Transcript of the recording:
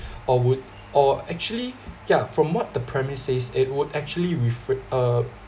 or would or actually yeah from what the premise says it would actually refra~ uh